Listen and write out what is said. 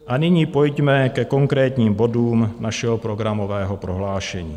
A nyní pojďme ke konkrétním bodům našeho programového prohlášení.